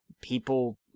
people